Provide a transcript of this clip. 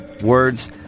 Words